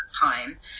time